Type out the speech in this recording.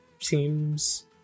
seems